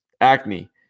acne